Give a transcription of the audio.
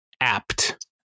apt